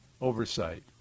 oversight